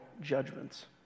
judgments